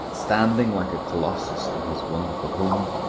standing like a colossus in his wonderful home,